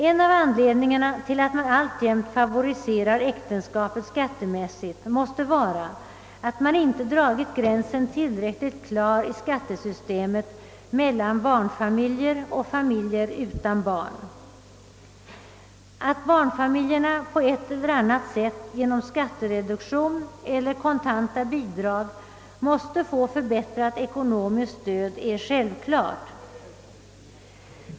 En av anledningarna till att äktenska pen alltjämt favoriseras skattemässigt måste vara att man i skattesystemet inte har dragit gränsen tillräckligt klar mellan barnfamiljer och familjer utan barn. Att barnfamiljerna på ett eller annat sätt genom skattereduktion eller kontanta bidrag måste få ett förbättrat ekonomiskt stöd är självklart.